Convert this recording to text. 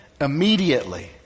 immediately